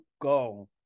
go